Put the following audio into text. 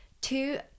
Two